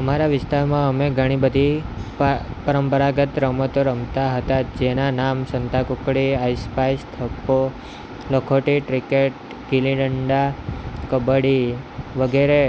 અમારા વિસ્તારમાં અમે ઘણીબધી પરંપરાગત રમતો રમતાં હતાં જેનાં નામ સંતા કુકડી આઈસ પાઇસ થપ્પો લખોટી ક્રિકેટ ગિલ્લી દંડા કબડ્ડી વગેરે